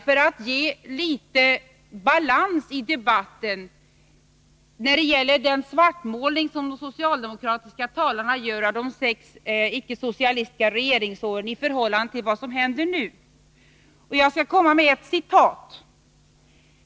För att ge litet balans i debatten när det gäller den svartmålning som de socialdemokratiska talarna gör av de sex icke-socialistiska regeringsåren i förhållande till vad som händer nu, skulle jag vilja återge ett citat.